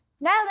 No